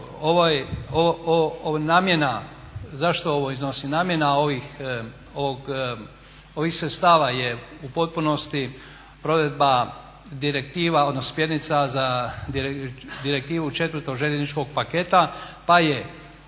Dakle namjena zašto ovo iznosim. Namjena ovih sredstava je u potpunosti provedba direktiva, odnosno smjernica za Direktivu četvrtu željezničkog paketa, pa je